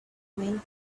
when